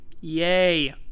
Yay